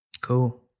Cool